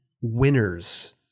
winners